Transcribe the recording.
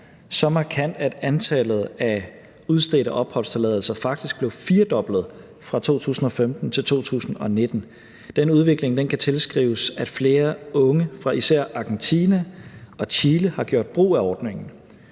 så markant, at antallet af udstedte opholdstilladelser faktisk blev firedoblet fra 2015 til 2019. Denne udvikling kan tilskrives, at flere unge fra især Argentina og Chile har gjort brug af ordningen.